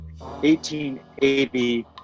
1880